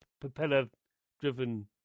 propeller-driven